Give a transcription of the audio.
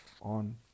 on